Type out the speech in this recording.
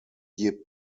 yip